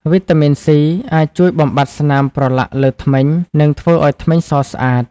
វីតាមីន សុី (C) អាចជួយបំបាត់ស្នាមប្រឡាក់លើធ្មេញ និងធ្វើឲ្យធ្មេញសស្អាត។